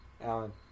Alan